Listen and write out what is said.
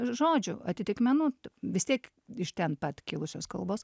žodžių atitikmenų vis tiek iš ten pat kilusios kalbos